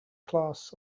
class